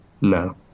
No